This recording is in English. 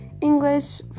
English